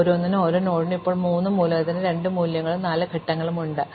അതിനാൽ ഓരോന്നിനും ഓരോ നോഡിനും ഇപ്പോൾ 3 മൂല്യത്തിന്റെ 2 മൂല്യങ്ങളും 4 ഘട്ടങ്ങളുമുണ്ട്